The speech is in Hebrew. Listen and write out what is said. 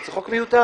זה חוק מיותר,